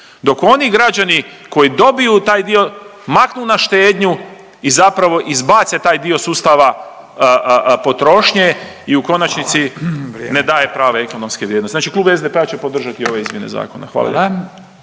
dok oni građani koji dobiju taj dio, maknu na štednju i zapravo izbace taj dio sustava potrošnje i u konačnici .../Upadica: Hvala, vrijeme./... ne daje prave ekonomske vrijednosti, znači Klub SDP-a će podržati ove izmjene Zakona. Hvala